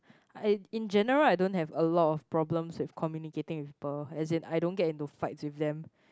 I in general I don't have a lot of problems with communicating with people as in I don't get into fight with them